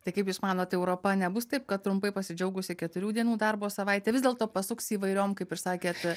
tai kaip jūs manot europa nebus taip kad trumpai pasidžiaugusi keturių dienų darbo savaite vis dėlto pasuks įvairiom kaip ir sakėt